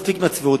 מספיק עם הצביעות,